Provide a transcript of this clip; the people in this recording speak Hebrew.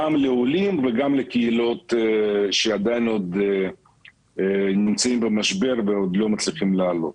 גם לעולים וגם לקהילות שעדיין עוד נמצאים במשבר ועוד לא מצליחים לעלות.